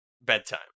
bedtime